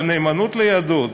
בנאמנות ליהדות.